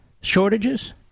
shortages